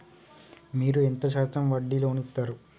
మీరు ఎంత శాతం వడ్డీ లోన్ ఇత్తరు?